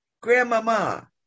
Grandmama